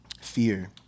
Fear